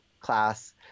class